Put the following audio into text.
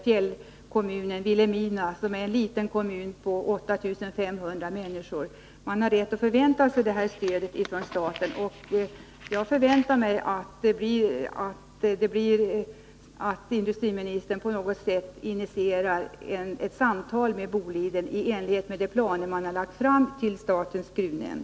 I Vilhelmina, som är en liten fjällkommun med 8 500 människor, har man rätt att förvänta sig stöd från staten, och jag förväntar mig att industriministern på något sätt initierar ett samtal med Boliden, i enlighet med de planer som lagts fram för nämnden för statens gruvegendom.